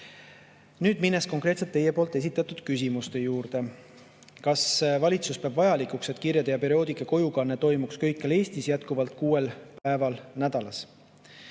Nüüd lähen konkreetselt teie esitatud küsimuste juurde. Kas valitsus peab vajalikuks, et kirjade ja perioodika kojukanne toimuks kõikjal Eestis jätkuvalt kuuel päeval nädalas?